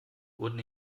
wurden